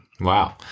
Wow